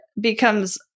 becomes